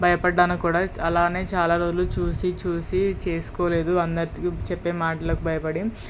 భయపడ్డాను కూడా అలానే చాలా రోజులు చూసి చూసి చేసుకోలేదు అందరు చెప్పే మాటలకి భయపడి